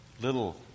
little